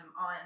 on